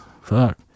Fuck